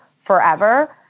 forever